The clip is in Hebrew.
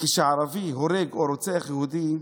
כשערבי הורג או רוצח יהודי,